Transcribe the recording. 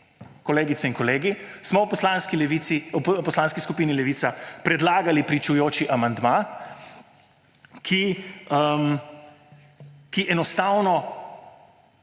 kolegice in kolegi, smo v Poslanski skupini Levica predlagali pričujoči amandma, ki enostavno